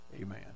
Amen